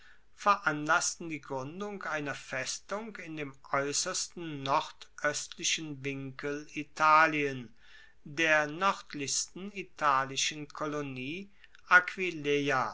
veranlassten die gruendung einer festung in dem aeussersten nordoestlichen winkel italien der noerdlichsten italischen kolonie